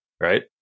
right